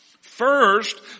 First